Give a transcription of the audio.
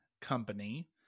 company